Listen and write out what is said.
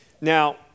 Now